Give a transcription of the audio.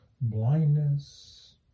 blindness